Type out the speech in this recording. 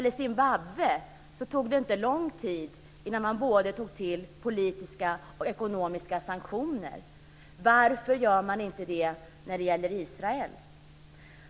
Det tog inte lång tid innan man tog till politiska och ekonomiska sanktioner mot Zimbabwe. Varför gör man inte det mot Israel?